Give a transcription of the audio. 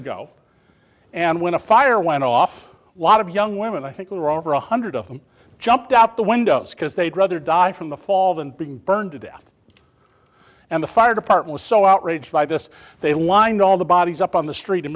ago and when a fire went off lot of young women i think were over one hundred of them jumped out the windows because they'd rather die from the fall than being burned to death and the fire department is so outraged by this they lined all the bodies up on the street and